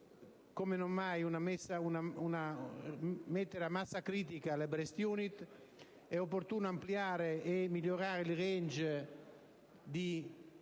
come non mai mettere a massa critica le *Breast Units*; è opportuno ampliare e migliorare il *range* delle